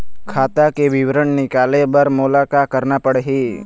खाता के विवरण निकाले बर मोला का करना पड़ही?